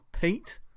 pete